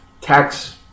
tax